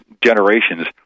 generations